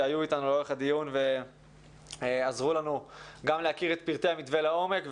שהיו אתנו לאורך הדיון ועזרו לנו גם להכיר את פרטי המתווה לעומק,